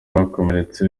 bakomeretse